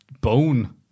Bone